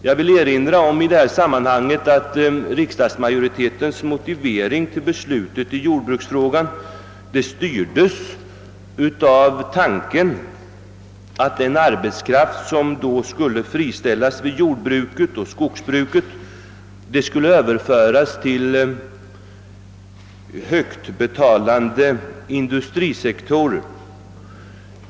Jag vill i detta sammanhang erinra om att riksdagsmajoritetens motivering till beslutet i jordbruksfrågan styrdes av tanken, att den arbetskraft som då skulle friställas vid jordbruk och skogsbruk skulle överföras till högtbetalande industrisektorer.